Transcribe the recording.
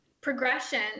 progression